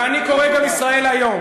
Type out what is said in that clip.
ואני גם קורא "ישראל היום",